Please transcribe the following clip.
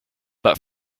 but